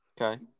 Okay